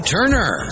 Turner